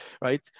Right